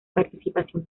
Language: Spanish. participación